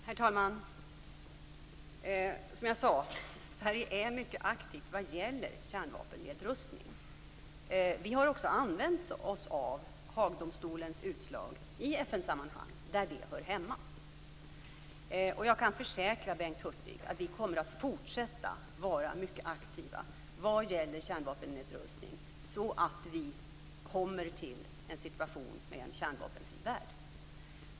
Herr talman! Som jag sade är Sverige mycket aktivt vad gäller kärnvapennedrustning. Vi har också använt oss av Haagdomstolens utslag i FN sammanhang, där det hör hemma. Jag kan försäkra Bengt Hurtig att vi kommer att fortsätta att vara mycket aktiva vad gäller kärnvapennedrustning, så att vi kommer till en situation med en kärnvapenfri värld.